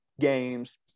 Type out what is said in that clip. games